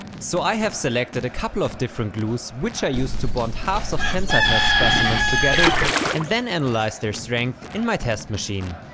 so i have selected a couple of different glues which i used to bond halfs of tensile test specimens together and then analyzed their strength in my test machine.